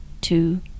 two